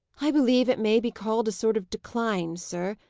i believe it may be called a sort of decline, sir.